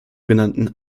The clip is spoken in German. genannten